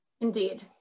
indeed